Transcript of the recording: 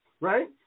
Right